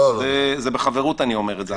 אני אומר את זה בחברות.